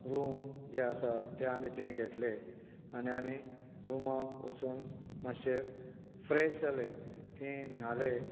room जे आसा ते आमी थंय घेतले आनी आमी रुमांत वचून मातशे फ्रेश जाले थंय न्हाले